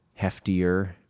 heftier